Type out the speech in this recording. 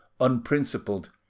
unprincipled